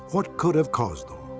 what could have caused them?